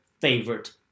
favorite